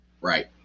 Right